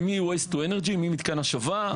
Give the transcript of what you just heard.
זה ממתקן השבה,